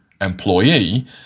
employee